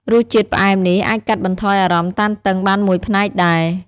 រសជាតិផ្អែមនេះអាចកាត់បន្ថយអារម្មណ៍តានតឹងបានមួយផ្នែកដែរ។